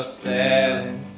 sailing